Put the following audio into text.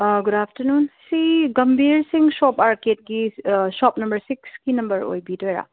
good afternoon ꯁꯤ Gambhir Singh shop ꯑꯔꯀꯦꯗꯀꯤ shop number ꯁꯤꯛꯁꯀꯤ ꯅꯝꯕꯔ ꯑꯣꯏꯕꯤꯗꯣꯏꯔꯥ